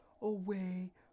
away